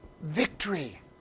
Victory